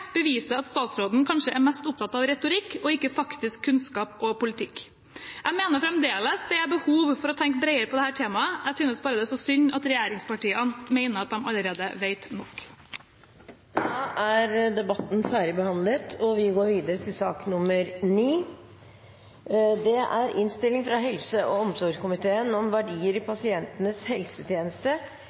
beviser at statsråden kanskje er mest opptatt av retorikk og ikke av faktisk kunnskap og politikk. Jeg mener fremdeles det er behov for å tenke bredere om dette temaet. Jeg synes bare det er så synd regjeringspartiene mener de allerede vet nok. Flere har ikke bedt om ordet til sak nr. 8. Etter ønske fra helse- og omsorgskomiteen